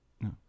No